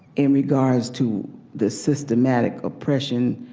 in regards to the systematic oppression,